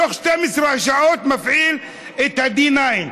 תוך 12 שעות הוא מפעיל את ה-D9.